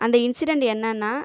அந்த இன்சிடன்ட் என்னென்னா